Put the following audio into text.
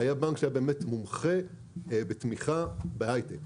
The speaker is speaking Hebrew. היה בנק שהיה מומחה בתמיכה בהייטק